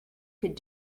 could